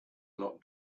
not